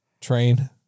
Train